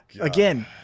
Again